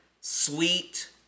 sweet